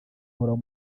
uhoraho